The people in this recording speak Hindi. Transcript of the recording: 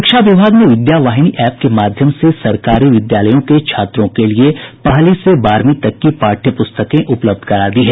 शिक्षा विभाग ने विद्यावाहिनी एप के माध्यम से सरकारी विद्यालयों के छात्रों के लिये पहली से बारहवीं तक की पाठ्य पुस्तकें उपलब्ध करा दी है